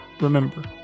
remember